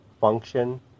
function